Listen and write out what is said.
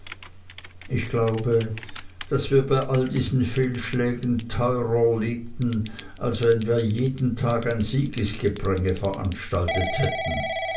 ich glaube daß wir bei all diesen fehlschlägen teuerer lebten als wenn wir jeden tag ein siegesgepränge veranstaltet hätten